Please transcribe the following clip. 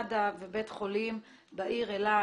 מד"א ובית חולים בעיר אילת